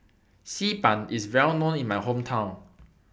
Xi Ban IS Well known in My Hometown